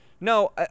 No